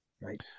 Right